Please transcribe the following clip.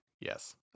Yes